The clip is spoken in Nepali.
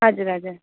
हजुर हजुर